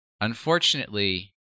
Unfortunately